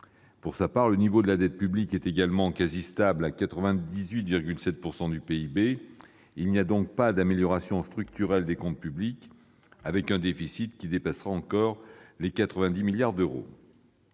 Pour sa part, le niveau de la dette publique est également quasiment stable, à 98,7 % du PIB. Il n'y a donc pas d'amélioration structurelle des comptes publics, avec un déficit qui dépassera encore 90 milliards d'euros.